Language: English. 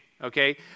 Okay